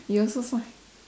you also sign